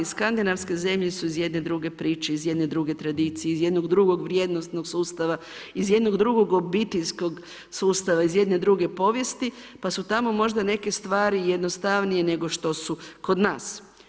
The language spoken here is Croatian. Skandinavske zemlje su iz jedne druge priče, iz jedne druge tradicije, iz jednog drugog vrijednosnog sustava, iz jednog drugog obiteljskog sustava, iz jedne druge povijesti, pa su tamo možda neke stvari jednostavnije nego što su kod nas.